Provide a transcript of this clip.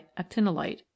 actinolite